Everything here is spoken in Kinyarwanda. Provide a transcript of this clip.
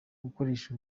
gukoresha